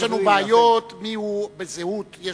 יש לנו בעיות בזהות,